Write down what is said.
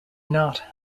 not